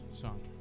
song